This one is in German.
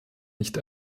nicht